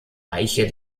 reiche